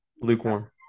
Lukewarm